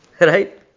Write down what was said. Right